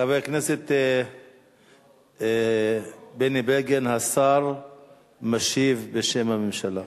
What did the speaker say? חבר הכנסת השר בני בגין משיב בשם הממשלה.